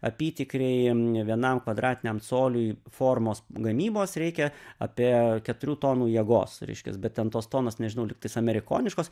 apytikriai vienam kvadratiniam coliui formos gamybos reikia apie keturių tonų jėgos reiškias bet ten tos tonos nežinau lygtais amerikoniškos